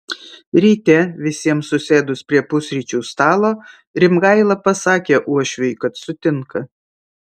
ryte visiems susėdus prie pusryčių stalo rimgaila pasakė uošviui kad sutinka